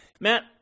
Matt